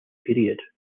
period